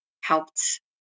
helped